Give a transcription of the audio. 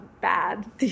Bad